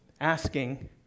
asking